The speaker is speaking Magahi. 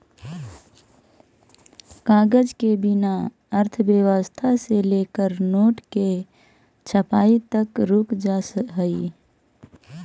कागज के बिना अर्थव्यवस्था से लेकर नोट के छपाई तक रुक जा हई